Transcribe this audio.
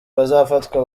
bazafatwa